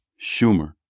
Schumer